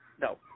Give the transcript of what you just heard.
No